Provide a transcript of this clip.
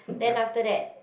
then after that